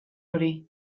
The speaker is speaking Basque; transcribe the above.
hori